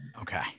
Okay